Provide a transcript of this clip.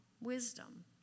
wisdom